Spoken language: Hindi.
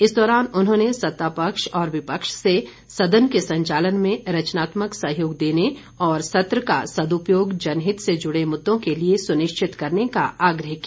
इस दौरान उन्होंने सत्ता पक्ष और विपक्ष से सदन के संचालन में रचनात्मक सहयोग देने और सत्र का सदुपयोग जनहित से जुड़े मुद्दों के लिए सुनिश्चित करने का आग्रह किया